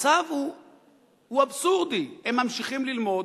המצב הוא אבסורדי: הם ממשיכים ללמוד.